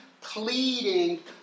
pleading